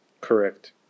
Correct